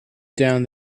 down